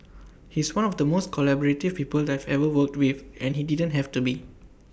he's one of the most collaborative people I've ever worked with and he didn't have to be